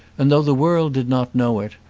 and though the world did not know it,